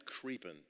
creeping